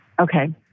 okay